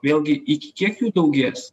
vėlgi iki kiek jų daugės